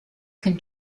can